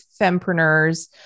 fempreneurs